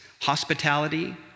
hospitality